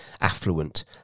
affluent